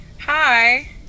Hi